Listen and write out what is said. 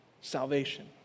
salvation